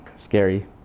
Scary